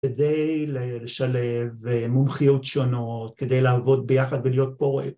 ‫כדי לשלב מומחיות שונות, ‫כדי לעבוד ביחד ולהיות פורק.